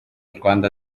rwanda